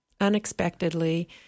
unexpectedly